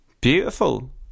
beautiful